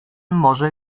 może